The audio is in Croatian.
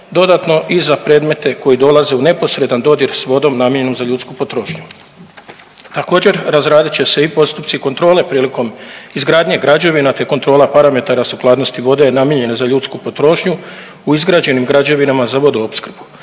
dodatno i za predmete koji dolaze u neposredan dodir s vodom namijenjenom za ljudsku potrošnju. Također razradit će se i postupci kontrole prilikom izgradnje građevina te kontrola parametara sukladnosti vode namijenjene za ljudsku potrošnju u izgrađenim građevinama za vodoopskrbu,